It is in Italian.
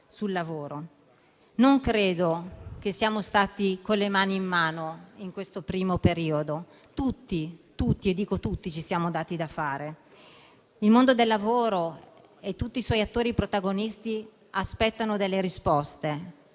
Non credo che siamo stati con le mani in mano in questo primo periodo. Tutti - e dico tutti - ci siamo dati da fare. Il mondo del lavoro e tutti i suoi attori protagonisti aspettano delle risposte: